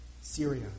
Syria